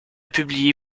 publié